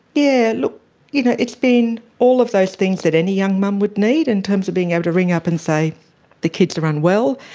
you know it's been all of those things that any young mum would need in terms of being able to ring up and say the kids are unwell.